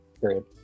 period